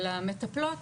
אבל המטפלות,